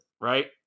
right